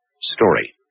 story